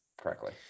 correctly